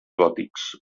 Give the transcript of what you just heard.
gòtics